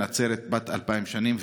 נצרת בת אלפיים שנים,